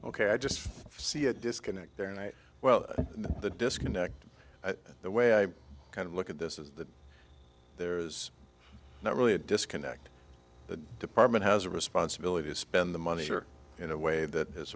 ok i just see a disconnect there and i well the disconnect the way i kind of look at this is that there's not really a disconnect the department has a responsibility to spend the money in a way that is